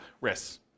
risks